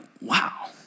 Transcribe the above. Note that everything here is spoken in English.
wow